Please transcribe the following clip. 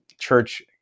church